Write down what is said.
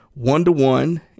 One-to-One